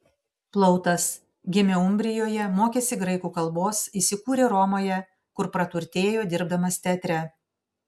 plautas gimė umbrijoje mokėsi graikų kalbos įsikūrė romoje kur praturtėjo dirbdamas teatre